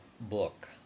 book